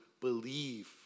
believe